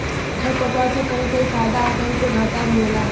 खरपात से कहीं कहीं फायदा आउर कहीं पे घाटा भी होला